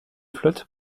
flotte